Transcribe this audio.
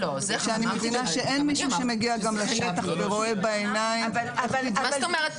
ואני מבינה שאין מישהו שמגיע לשטח ורואה בעיניים --- מה זאת אומרת,